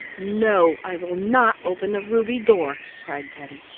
no, i will not open the ruby door, cried teddy.